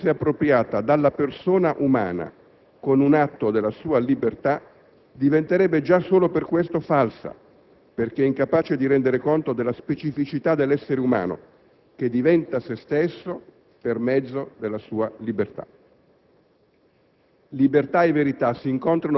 Una verità che non fosse appropriata dalla persona umana con un atto della sua libertà diventerebbe, già solo per questo, falsa perché incapace di rendere conto della specificità dell'essere umano, che diventa se stesso per mezzo dalla sua libertà.